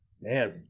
Man